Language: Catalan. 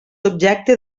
objecte